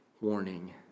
warning